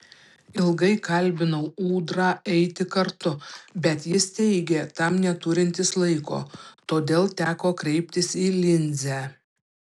ilgai kalbinau ūdrą eiti kartu bet jis teigė tam neturintis laiko todėl teko kreiptis į linzę